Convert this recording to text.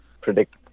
predict